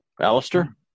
Alistair